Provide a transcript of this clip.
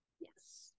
Yes